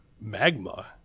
magma